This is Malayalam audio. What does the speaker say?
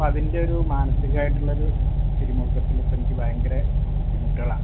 അപ്പം അതിൻ്റെയൊരു മാനസികമായിട്ടുള്ളൊരു പിരിമുറക്കത്തിൽ ഇപ്പം എനിക്ക് ഭയങ്കര ബുദ്ധിമുട്ട്കളാണ്